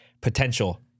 potential